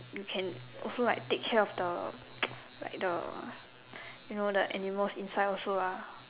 you can also like take care of the like the you know the animals inside also ah